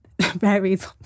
varies